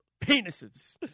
penises